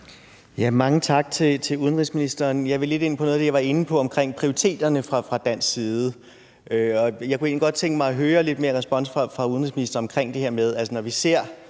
Mange tak til udenrigsministeren. Jeg vil lidt ind på noget af det, jeg var inde på omkring prioriteterne fra dansk side. Jeg kunne egentlig godt tænke mig at høre lidt mere respons fra udenrigsministeren omkring det her med, at når vi ser